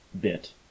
bit